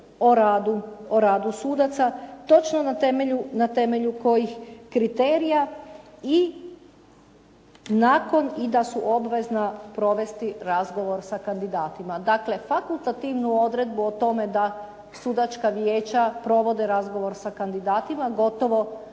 o radu sudaca točno na temelju kojih kriterija i da su obvezna provesti razgovor sa kandidatima. Dakle, fakultativnu odredbu o tome da sudačka vijeća provode razgovor sa kandidatima gotovo